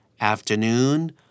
afternoon